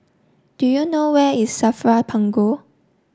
do you know where is SAFRA Punggol